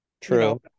True